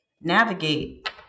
navigate